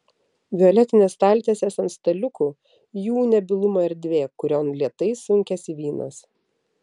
violetinės staltiesės ant staliukų jų nebylumo erdvė kurion lėtai sunkiasi vynas